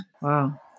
Wow